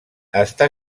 està